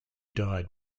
died